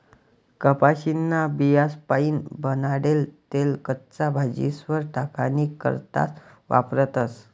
कपाशीन्या बियास्पाईन बनाडेल तेल कच्च्या भाजीस्वर टाकानी करता वापरतस